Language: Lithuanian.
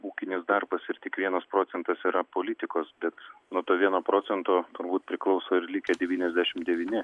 ūkinis darbas ir tik vienas procentas yra politikos bet nuo to vieno procento turbūt priklauso ir likę devyniasdešimt devyni